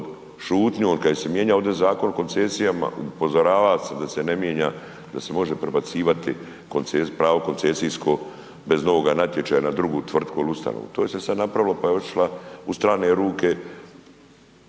šutnjom kada se je mijenjao ovdje Zakon o koncesijama upozoravao sam da se ne mijenja, da se može prebacivati pravo koncesijsko bez novoga natječaja na drugu tvrtku ili ustanovu. To se je sad napravilo pa je otišla u strane ruke